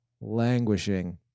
languishing